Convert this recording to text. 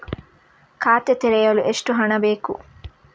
ಖಾತೆ ತೆರೆಯಲು ಎಷ್ಟು ಹಣ ಹಾಕಬೇಕು?